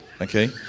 Okay